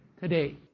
today